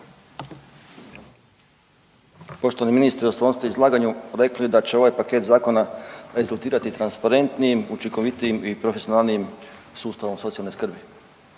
Poštovani ministre. U svom ste izlaganju rekli da će ovaj paket zakona rezultirati transparentnijim, učinkovitijim i profesionalnijim sustavom socijalne skrbi,